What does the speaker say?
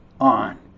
on